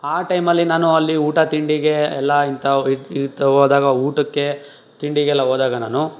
ಆ ಟೈಮಲ್ಲಿ ನಾನು ಅಲ್ಲಿ ಊಟ ತಿಂಡಿಗೆ ಎಲ್ಲ ಇಂಥವು ಇತ್ತ ಹೋದಾಗ ಊಟಕ್ಕೆ ತಿಂಡಿಗೆಲ್ಲ ಹೋದಾಗ ನಾನು